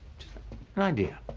just an idea.